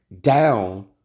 down